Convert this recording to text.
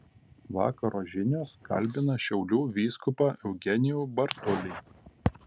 vakaro žinios kalbina šiaulių vyskupą eugenijų bartulį